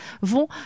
vont